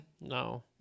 No